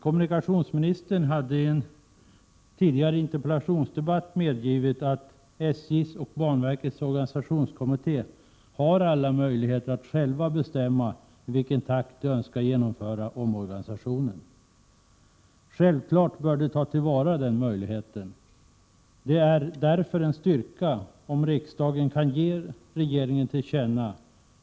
Kommunikationsministern har i en tidigare interpellationsdebatt medgivit att SJ:s och banverkets organisationskommitté har alla möjligheter att själva bestämma i vilken takt de önskar genomföra omorganisationen. De bör självfallet ta till vara den möjligheten. Det är därför en styrka om riksdagen kan ge regeringen till känna